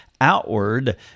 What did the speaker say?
outward